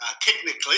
technically